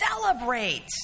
celebrate